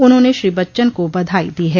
उन्होंने श्री बच्चन को बधाई दी है